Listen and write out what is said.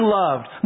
loved